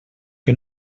que